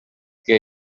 que